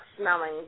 smelling